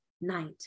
night